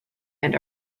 and